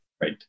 Right